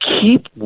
keep